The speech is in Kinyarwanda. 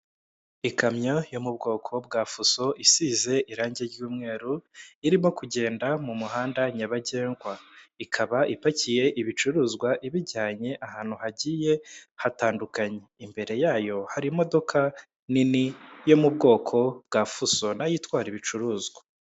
Ikamyo yo mu bwoko bwa fuso isize irangi ry'umweru irimo kugenda mu muhanda nyabagendwa, ikaba ipakiye ibicuruzwa ibijyanye ahantu hagiye hatandukanye. Imbere yayo hari imodoka nini yo mu bwoko bwa fuso nayo itwara ibicuruzwa.